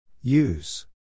use